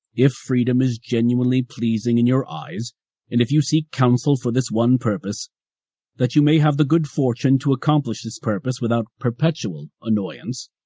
if freedom is genuinely pleasing in your eyes, and if you seek counsel for this one purpose that you may have the good fortune to accomplish this purpose without perpetual annoyance,